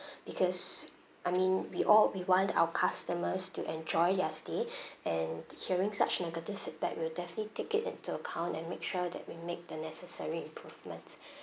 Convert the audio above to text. because I mean we all we want our customers to enjoy their stay and hearing such negative feedback we'll definitely take it into account and make sure that we make the necessary improvements